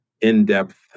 in-depth